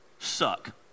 suck